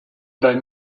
bat